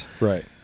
right